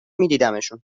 میدیدمشون